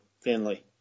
Finley